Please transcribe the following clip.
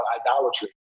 idolatry